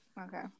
okay